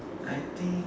I think